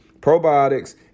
probiotics